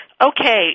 okay